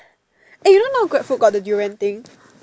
eh you know now grab food got the durian thing